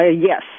Yes